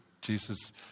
Jesus